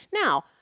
Now